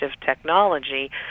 technology